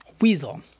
weasel